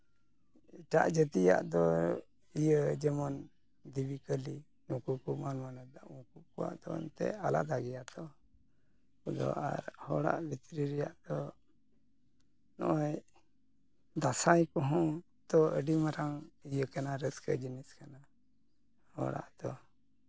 ᱮᱴᱟᱜ ᱡᱟᱹᱛᱤᱭᱟᱜ ᱫᱚ ᱤᱭᱟᱹ ᱡᱮᱢᱚᱱ ᱫᱤᱵᱤ ᱠᱟᱹᱞᱤ ᱠᱚᱢᱟ ᱱᱩᱠᱩ ᱠᱚᱣᱟᱜ ᱫᱚ ᱮᱱᱛᱮᱜ ᱟᱞᱟᱫᱟ ᱜᱮᱭᱟ ᱛᱚ ᱱᱩᱠᱩ ᱠᱚᱫᱚ ᱟᱨ ᱦᱚᱲᱟᱜ ᱵᱷᱤᱛᱨᱤ ᱨᱮᱭᱟᱜ ᱫᱚ ᱱᱚᱜᱼᱚᱸᱭ ᱫᱟᱸᱥᱟᱭ ᱠᱚᱦᱚᱸ ᱛᱚ ᱟᱹᱰᱤ ᱢᱟᱨᱟᱝ ᱤᱭᱟᱹ ᱠᱟᱱᱟ ᱨᱟᱹᱥᱠᱟᱹ ᱡᱤᱱᱤᱥ ᱠᱟᱱᱟ ᱦᱚᱲᱟᱜ ᱫᱚ